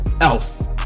else